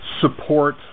support